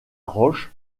roche